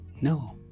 No